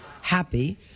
happy